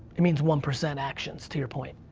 it means one percent actions to your point.